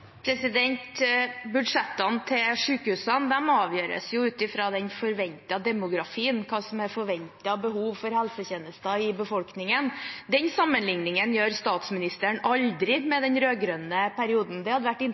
avgjøres jo ut i fra den forventede demografien – hva som er forventede behov i befolkningen for helsetjenester. Den sammenligningen gjør statsministeren aldri med den rød-grønne perioden. Det hadde